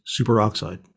superoxide